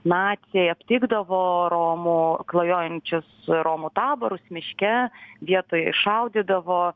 naciai aptikdavo romo klajojančius romų taborus miške vietoje šaudydavo